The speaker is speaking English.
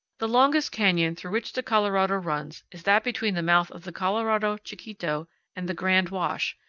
the longest canyon through which the colorado runs is that between the mouth of the colorado chiquito and the grand wash,